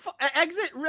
exit